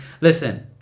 listen